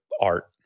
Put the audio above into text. art